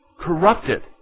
Corrupted